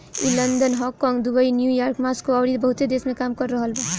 ई London, Hong Kong, Dubai, New York, Moscow अउरी बहुते देश में काम कर रहल बा